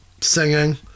singing